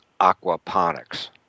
aquaponics